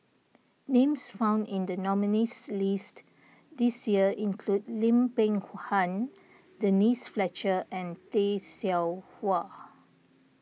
names found in the nominees' list this year include Lim Peng Han Denise Fletcher and Tay Seow Huah